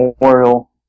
memorial